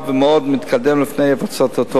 הצעת חוק ממשלתית בשלב מאוד מתקדם לפני הפצתה.